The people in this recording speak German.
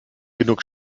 genug